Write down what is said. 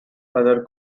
other